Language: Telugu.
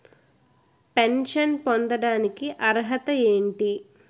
పెన్షన్ పొందడానికి అర్హత ఏంటి?